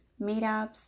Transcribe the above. meetups